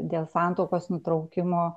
dėl santuokos nutraukimo